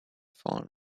fallen